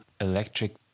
Electric